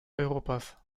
europas